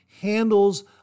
handles